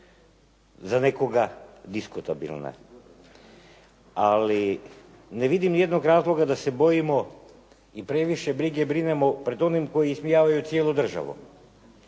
za nekoga diskutabilne, ali ne vidim ni jednog razloga da se bojimo i previše brige brinemo pred onima koji ismijavaju cijelu državu,